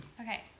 Okay